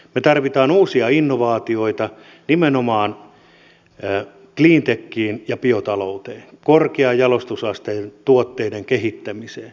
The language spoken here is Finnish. me tarvitsemme uusia innovaatioita nimenomaan cleantechiin ja biotalouteen korkean jalostusasteen tuotteitten kehittämiseen